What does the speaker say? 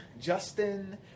Justin